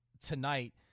tonight